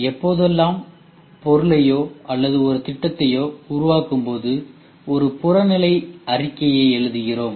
எப்போதெல்லாம் பொருளையோ அல்லது ஒரு திட்டத்தையோ உருவாக்கும் போது ஒரு புறநிலை அறிக்கையை எழுதுகிறோம்